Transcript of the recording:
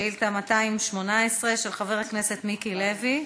שאילתה 218 של חבר הכנסת מיקי לוי: